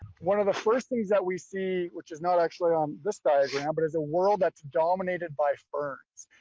one of the first things that we see, which is not actually on this diagram, but is a world that's dominated by ferns.